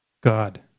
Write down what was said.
God